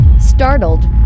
Startled